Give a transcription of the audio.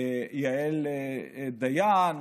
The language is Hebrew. יעל דיין,